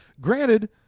Granted